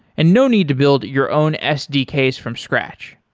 and no need to build your own sdks from scratch.